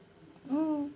mm